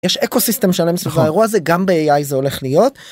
יש אקו סיסטם שלם סביב האירוע הזה, גם ב-AI זה הולך להיות.